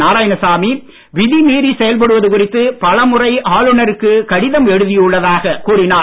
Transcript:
நாராயணசாமி விதி மீறி செயல்படுவது குறித்து பலமுறை ஆளுநருக்கு கடிதம் எழுதியுள்ளதாக கூறினார்